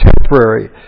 temporary